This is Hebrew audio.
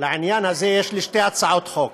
לעניין הזה יש לי שתי הצעות חוק,